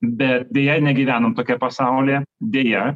bet deja negyvenam tokiam pasaulyje deja